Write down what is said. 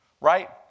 right